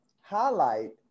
highlight